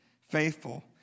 faithful